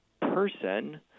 person